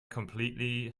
completely